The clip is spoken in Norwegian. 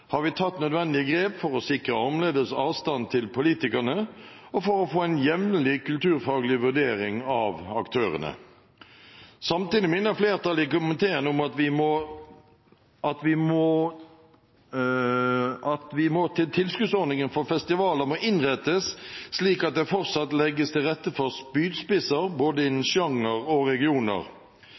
har vi tatt nødvendige grep for å sikre armlengdes avstand til politikerne og for å få en jevnlig kulturfaglig vurdering av aktørene. Samtidig minner flertallet i komiteen om at tilskuddsordningen for festivaler må innrettes slik at det fortsatt legges til rette for spydspisser både innen sjanger og regioner. Festivaler med regional medfinansiering må prioriteres, og det må legges til rette for